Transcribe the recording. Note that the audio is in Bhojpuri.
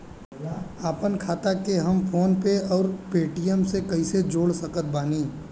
आपनखाता के हम फोनपे आउर पेटीएम से कैसे जोड़ सकत बानी?